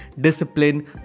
discipline